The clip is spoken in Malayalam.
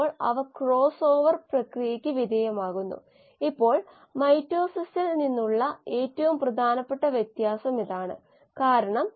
നമ്മൾ ഒരു സബ്സ്ട്രേറ്റ് ഗ്ലൂക്കോസ് നോക്കി മറ്റ് കാര്യങ്ങളിൽ നിന്ന് ഗ്ലൂക്കോസ് ലഭിക്കുന്നതിനുള്ള വഴി തുടങ്ങിയവ പരിശോധിച്ചു